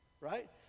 right